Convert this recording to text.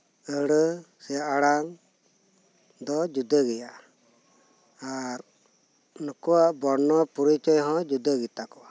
ᱟᱹᱲᱟᱹ ᱥᱮ ᱟᱲᱟᱝ ᱫᱚ ᱡᱩᱫᱟᱹᱜᱮᱭᱟ ᱟᱨ ᱱᱩᱠᱩᱣᱟᱜ ᱵᱚᱨᱱᱚ ᱯᱚᱨᱤᱪᱚᱭ ᱦᱚᱸ ᱡᱩᱫᱟᱹ ᱜᱮᱛᱟ ᱠᱚᱣᱟ